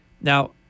Now